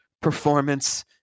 performance